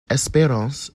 espérance